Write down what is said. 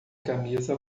camisa